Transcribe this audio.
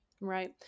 Right